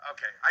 Okay